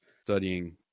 studying